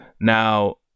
Now